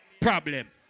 problem